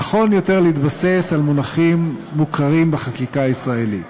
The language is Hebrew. נכון יותר להתבסס על מונחים מוכרים בחקיקה הישראלית.